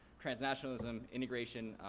transnationalism, integration,